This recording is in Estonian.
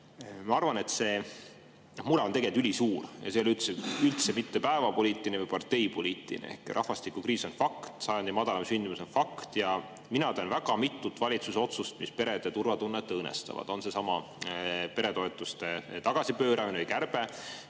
Ma arvan, et see mure on tegelikult ülisuur ja see ei ole üldse mitte päevapoliitiline või parteipoliitiline. Rahvastikukriis on fakt, sajandi madalaim sündimus on fakt. Ja mina tean väga mitut valitsuse otsust, mis perede turvatunnet õõnestavad: on seesama peretoetuste tagasipööramine või kärbe,